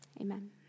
Amen